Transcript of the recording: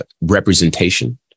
representation